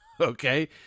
okay